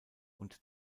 und